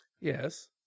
Yes